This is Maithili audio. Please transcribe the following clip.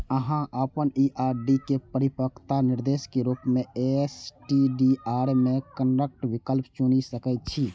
अहां अपन ई आर.डी के परिपक्वता निर्देश के रूप मे एस.टी.डी.आर मे कन्वर्ट विकल्प चुनि सकै छी